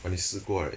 but 你试过 right